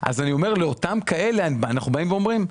לאותם כאלה, אנחנו באים ואומרים: